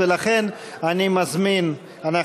מו סרת.